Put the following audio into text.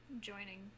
joining